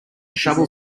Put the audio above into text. shovel